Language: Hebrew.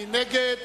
מי נגד?